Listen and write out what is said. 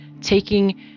taking